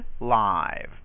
live